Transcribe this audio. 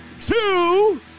two